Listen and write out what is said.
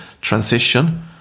transition